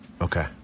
Okay